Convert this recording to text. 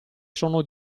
sono